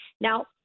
now